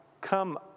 come